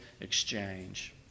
exchange